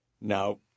Now